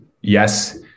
yes